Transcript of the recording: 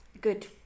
good